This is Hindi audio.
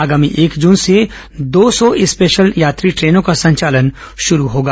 आगामी एक जून से दो सौ स्पेशल यात्री ट्रेनों का संचालन शुरू होगा